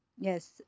Yes